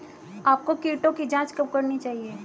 आपको कीटों की जांच कब करनी चाहिए?